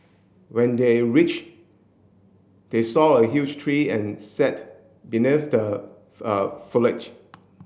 when they reached they saw a huge tree and sat beneath the foliage